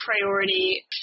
priority